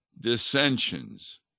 dissensions